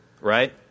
right